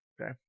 Okay